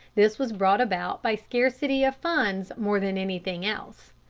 this was brought about by scarcity of funds more than anything else.